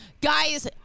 Guys